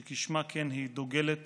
שכשמה כן היא, דוגלת